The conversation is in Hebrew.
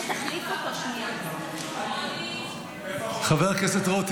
רוט --- חבר הכנסת רוט,